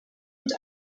und